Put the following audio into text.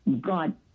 God